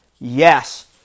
Yes